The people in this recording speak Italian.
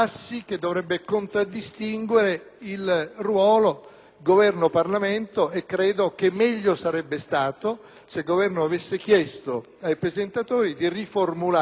Governo e Parlamento. Credo che sarebbe stato meglio se il Governo avesse chiesto ai presentatori di riformulare l'emendamento da loro presentato, lasciando che solo